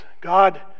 God